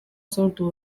sortu